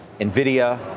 Nvidia